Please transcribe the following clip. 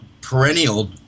perennial